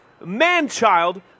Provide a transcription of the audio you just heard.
man-child